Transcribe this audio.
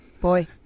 Boy